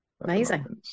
Amazing